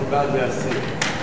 בעד להסיר.